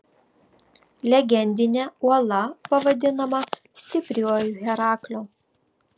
legendinė uola pavadinama stipriuoju herakliu